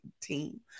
team